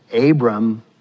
Abram